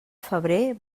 febrer